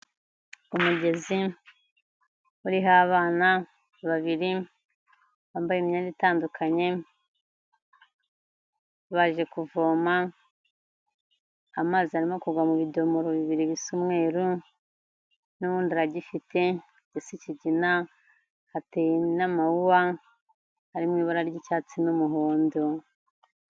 Umujyezi uriho abana babiri bambaye imyenda itandukanye, baje kuvoma. Amazi arimo kuva mu bidomoro bibiri bisa umweru nu'wundi aragifite gisa ikigina hateye n'amawuwa ari mu iba ry'icyatsi n'umuhondo.